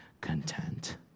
content